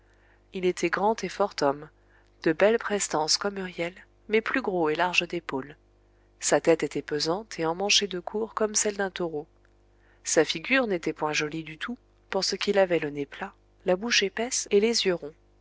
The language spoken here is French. il était grand et fort homme de belle prestance comme huriel mais plus gros et large d'épaules sa tête était pesante et emmanchée de court comme celle d'un taureau sa figure n'était point jolie du tout pour ce qu'il avait le nez plat la bouche épaisse et les yeux ronds